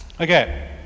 okay